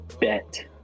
bet